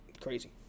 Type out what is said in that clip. crazy